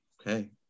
Okay